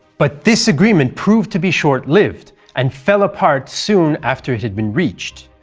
but this agreement proved to be short-lived, and fell apart soon after it had been reached.